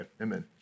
amen